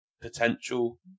potential